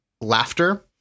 laughter